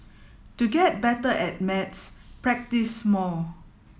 to get better at maths practise more